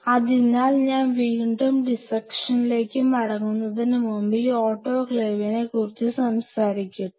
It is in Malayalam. അതിനാൽ ഞാൻ വീണ്ടും ഡിസ്സെക്ഷനിലേക്ക് മടങ്ങുന്നതിന് മുമ്പ് ഈ ഓട്ടോക്ലേവിനെ കുറിച്ച് സംസാരിക്കട്ടെ